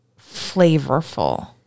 flavorful